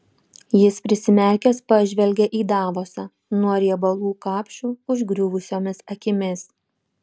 jis prisimerkęs pažvelgė į davosą nuo riebalų kapšų užgriuvusiomis akimis